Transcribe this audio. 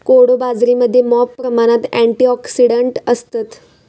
कोडो बाजरीमध्ये मॉप प्रमाणात अँटिऑक्सिडंट्स असतत